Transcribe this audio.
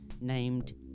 named